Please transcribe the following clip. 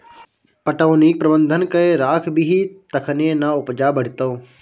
पटौनीक प्रबंधन कए राखबिही तखने ना उपजा बढ़ितौ